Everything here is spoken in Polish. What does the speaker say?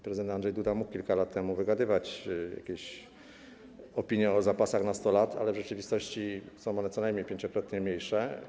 Prezydent Andrzej Duda mógł kilka lat temu wygadywać jakieś opinie o zapasach na 100 lat, ale w rzeczywistości są one co najmniej pięciokrotnie mniejsze.